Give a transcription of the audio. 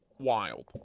wild